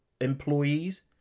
employees